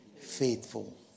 faithful